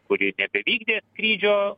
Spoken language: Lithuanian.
kuri nebevykdė skrydžio